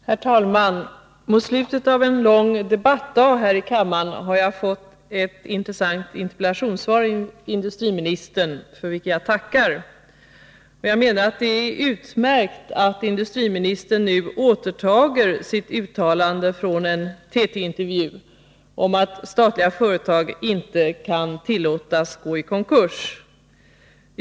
Herr talman! Mot slutet av en lång debattdag här i kammaren har jag fått ett intressant interpellationssvar av industriministern, för vilket jag tackar. Det är utmärkt att industriministern nu återtar sitt uttalande i en Nr 31 TT-intervju om att statliga företag inte kan tillåtas gå i konkurs.